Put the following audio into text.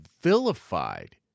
vilified